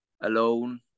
alone